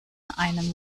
einem